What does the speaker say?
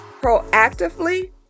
proactively